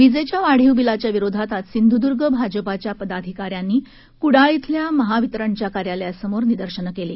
विजेच्या वाढीव बिलाच्या विरोधात आज सिंधुदूर्ग भाजपाच्या पदाधिका यांनी कुडाळ श्वल्या महावितरणच्या कार्यालयासमोर निदर्शनं केली